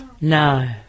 No